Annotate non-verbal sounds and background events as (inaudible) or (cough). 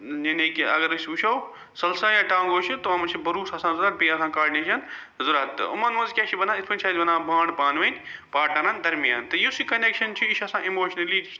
یعنے کہِ اگر أسۍ وُچھو (unintelligible) تِمو منٛز چھِ (unintelligible) بیٚیہِ آسان کارڈِنیشن ضروٗرت تہٕ یِمن منٛز کیٛاہ چھِ بَنان یِتھ پٲٹھۍ چھُ اسہِ بنان بوانٛڈ پانوٲنۍ پاٹنرن درمیان تہٕ یُس یہِ کوٚنیٚکشن چھُ یہِ چھُ آسان اِموشنٔلی